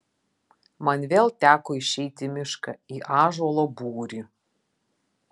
man vėl teko išeiti į mišką į ąžuolo būrį